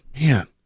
man